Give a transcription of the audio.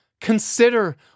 Consider